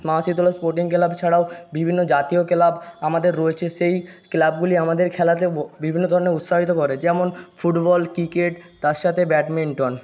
মা Shitala sporting club ছাড়াও বিভিন্ন জাতীয় ক্লাব আমাদের রয়েছে সেই ক্লাবগুলি আমাদের খেলাতে বিভিন্ন ধরনের উৎসাহিত করে যেমন ফুটবল ক্রিকেট তার সাথে ব্যাডমিন্টন